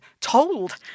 told